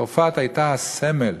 צרפת הייתה הסמל